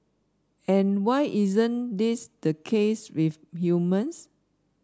and why isn't this the case with humans